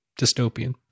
dystopian